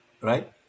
Right